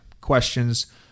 questions